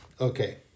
Okay